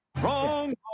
Wrong